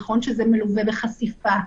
נכון שזה מלווה בחשיפה,